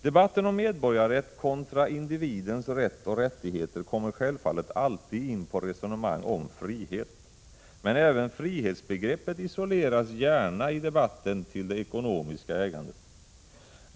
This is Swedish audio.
Debatten om medborgarrätt kontra individens rätt och rättigheter kommer självfallet alltid in på resonemang om frihet. Men även frihetsbegreppet isoleras gärna i debatten till det ekonomiska ägandet.